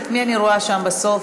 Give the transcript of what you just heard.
את מי אני רואה שם בסוף?